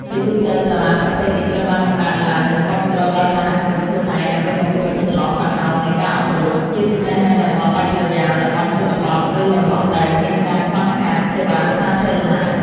ជាទូទៅ សាលាប្រភេទនេះត្រូវបានបង្កើតឡើង និងគាំទ្រដោយសហគមន៍ខ្លួនឯង ដើម្បីបំពេញចន្លោះប្រហោងនៃការអប់រំ ជាពិសេសនៅតំបន់ដាច់ស្រយាល តំបន់ជនបទ ឬតំបន់ដែលមានការខ្វះខាតសេវាសាធារណៈ។